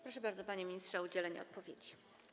Proszę bardzo, panie ministrze, o udzielenie odpowiedzi.